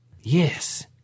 Yes